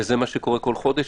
בחודש